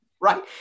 right